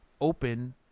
open